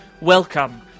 Welcome